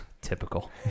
Typical